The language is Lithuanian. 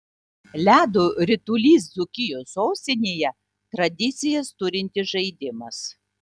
ledo ritulys dzūkijos sostinėje tradicijas turintis žaidimas